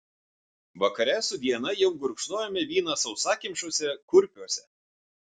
vakare su diana jau gurkšnojome vyną sausakimšuose kurpiuose